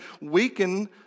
weaken